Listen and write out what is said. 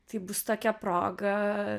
tai bus tokia proga